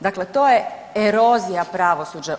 Dakle, to je erozija pravosuđa.